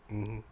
mm mm